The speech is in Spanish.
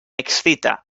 excita